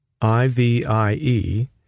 IVIE